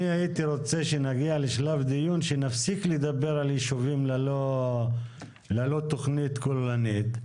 הייתי רוצה שנהיה בשלב בדיון שלא נדבר על יישובים ללא תכנית כוללנית,